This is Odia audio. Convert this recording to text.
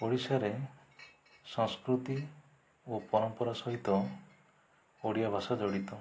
ଓଡ଼ିଶାରେ ସଂସ୍କୃତି ଓ ପରମ୍ପରା ସହିତ ଓଡ଼ିଆ ଭାଷା ଜଡ଼ିତ